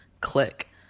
click